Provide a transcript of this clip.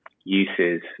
uses